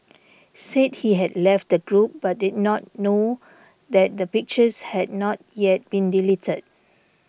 said he had left the group but did not know that the pictures had not yet been deleted